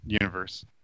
universe